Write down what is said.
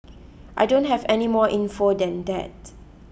I don't have any more info than that